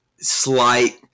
slight